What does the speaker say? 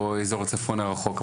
או אזור הצפון הרחוק.